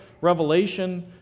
revelation